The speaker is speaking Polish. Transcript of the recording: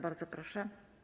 Bardzo proszę.